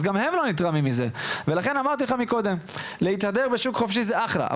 אז גם הם לא נתרמים מזה ולכן אמרתי לך קודם שלהתהדר בשוק חופשי זה אחלה,